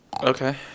Okay